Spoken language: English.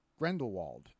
grendelwald